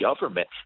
government